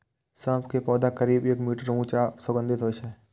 सौंफ के पौधा करीब एक मीटर ऊंच आ सुगंधित होइ छै